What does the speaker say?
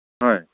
হয়